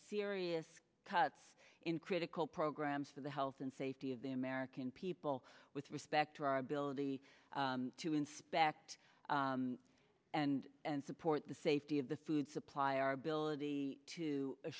serious cuts in critical programs for the health and safety of the american people with respect to our ability to inspect and and support the safety of the food supply our ability to